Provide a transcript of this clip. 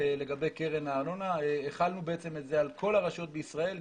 לגבי קרן הארנונה והחלנו את זה על כל הרשויות בישראל,